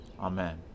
Amen